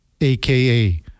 aka